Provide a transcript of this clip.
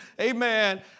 Amen